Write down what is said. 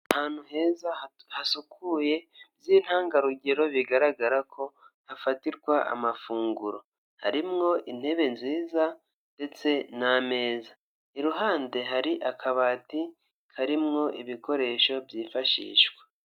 Ahantu heza hasukuye by'intangarugero bigaragara ko hafatirwa amafunguro, harimwo intebe nziza ndetse n'ameza, iruhande hari akabati karimo ibikoresho byifashishwa.